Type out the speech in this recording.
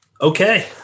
Okay